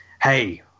hey